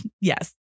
Yes